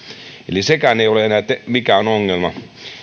eli sekään ei ole enää mikään ongelma